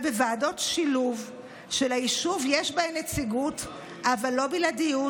בוועדות שילוב שליישוב יש בהן נציגות אבל לא בלעדיות,